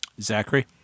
Zachary